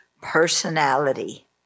personality